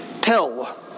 tell